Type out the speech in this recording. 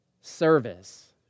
service